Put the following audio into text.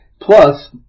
Plus